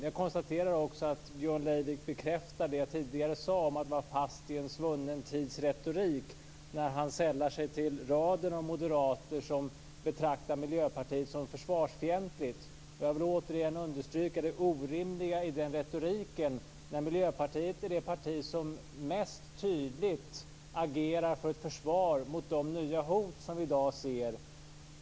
Jag konstaterar att Björn Leivik bekräftar det jag tidigare sade om att vara fast i en svunnen tids retorik när han sällar sig till raden av moderater som betraktar Miljöpartiet som försvarsfientligt. Jag vill återigen understryka det orimliga i den retoriken när Miljöpartiet är det parti som mest tydligt agerar för ett försvar mot de nya hot som vi i dag ser.